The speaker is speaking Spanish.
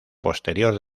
posterior